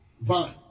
vine